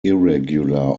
irregular